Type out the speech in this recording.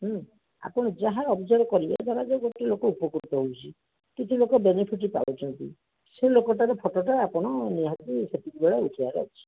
ହୁଁ ଆପଣ ଯାହା ଅବଜରପ୍ କରିବେ ଧରାଯାଉ ଗୋଟେ ଲୋକ ଉପକୃତ ହେଉଛି କିଛିଲୋକ ବେନିଫିଟ୍ ପାଉଛନ୍ତି ସେ ଲୋକଟାର ଫଟୋଟା ଆପଣ ନିହାତି ସେତିକିବେଳେ ଉଠେବାର ଅଛି